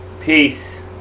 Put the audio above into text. Peace